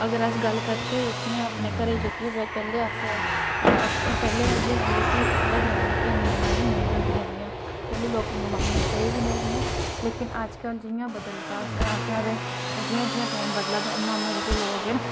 अगर अस गल्ल करचै जेह्कियां अपने घरै दियां पैह्लें अस पैह्लें ते इयै गल्ल है कि साढ़े ग्रां जेहकियां बमारियां न नेईं होंदियां पैह्ले लोकें गी बमारियां सेही बी नेईं हियां लेकिन अजकल जियां बदलदा केह् आखदे जि'यां टैम बदलदा उ'आं उ'आं जेहके लोक न